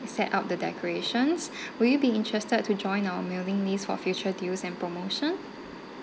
set up the decorations will you be interested to join our mailing list for future deals and promotion